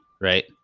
right